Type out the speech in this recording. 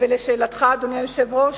אדוני היושב-ראש,